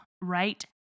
right